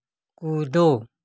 कूदो